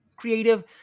creative